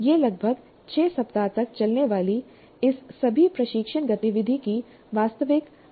यह लगभग 6 सप्ताह तक चलने वाली इस सभी प्रशिक्षण गतिविधि की वास्तविक परिणति होगी